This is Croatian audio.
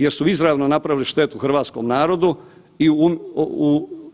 Jer su izravno napravili štetu hrvatskom narodu i